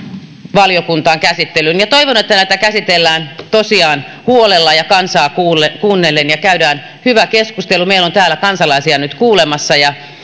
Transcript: valiokuntaan käsittelyyn toivon että tätä käsitellään tosiaan huolella ja kansaa kuunnellen ja käydään hyvä keskustelu meillä on täällä kansalaisia nyt kuulemassa ja